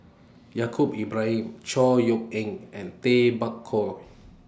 Yaacob Ibrahim Chor Yeok Eng and Tay Bak Koi